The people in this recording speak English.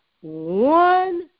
one